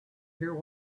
hear